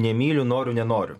nemyliu noriu nenoriu